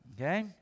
Okay